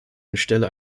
anstelle